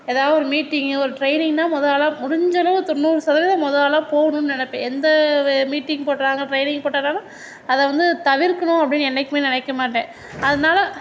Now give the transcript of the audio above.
எதாவது ஒரு மீட்டிங்கு ஒரு ட்ரைனிங்ன்னா முத ஆளாக முடிஞ்ச அளவு தொண்ணூறு சதவீதம் முத ஆளாக போணும்ன்னு நினப்பேன் எந்த மீட்டிங் போட்டாங்க ட்ரைனிங் போட்டாங்கன்னா அதை வந்து தவிர்க்கணும் அப்படின்னு என்னைக்கும் நினைக்க மாட்டேன் அதனால்